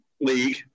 league